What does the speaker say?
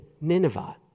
Nineveh